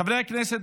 חברי הכנסת,